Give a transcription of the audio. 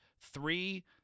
three